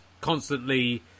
constantly